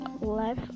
life